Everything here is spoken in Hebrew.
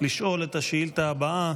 לשאול את השאילתה הבאה